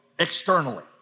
externally